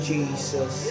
Jesus